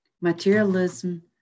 Materialism